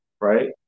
right